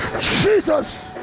Jesus